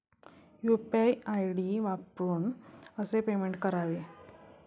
UPI ID वापरून कसे payment करावे?